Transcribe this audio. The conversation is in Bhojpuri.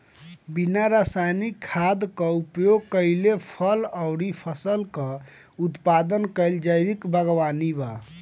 बिना रासायनिक खाद क उपयोग कइले फल अउर फसल क उत्पादन कइल जैविक बागवानी बा